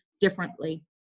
differently